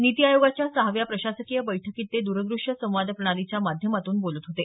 नीति आयोगाच्या सहाव्या प्रशासकीय बैठकीत ते द्रद्रश्यसंवाद प्रणालीच्या माध्यमातून बोलत होते